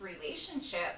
relationship